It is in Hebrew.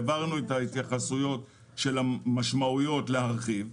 העברנו את ההתייחסויות של המשמעויות להרחבה.